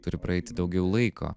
turi praeiti daugiau laiko